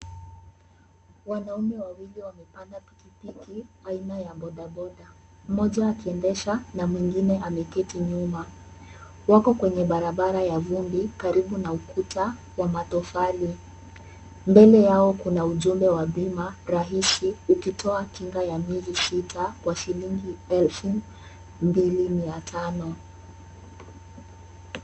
Wanaume wawili wamepanda pikipiki aina ya bodaboda mmoja akiendesha na mwingine ameketi nyuma. Wako kwenye barabara ya vumbi karibu na ukuta wa matofali. Mbele yao kuna ujumbe wa bima rahisi ukitoa kinga ya miezi sita kwa shilingi elfu mbili mia tano.